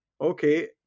okay